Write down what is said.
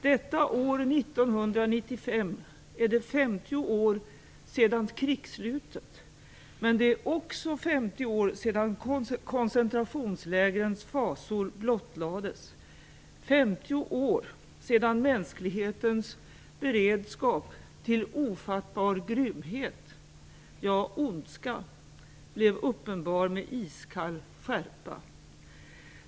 Detta år 1995 är det 50 år sedan krigsslutet, men det är också 50 år sedan koncentrationslägrens fasor blottlades, 50 år sedan mänsklighetens beredskap till ofattbar grymhet, ja ondska, blev uppenbar med iskall skärpa.